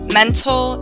mental